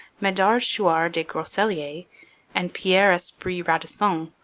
medard chouart des groseilliers and pierre esprit radisson,